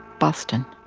boston